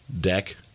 deck